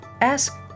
ask